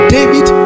David